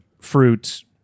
fruits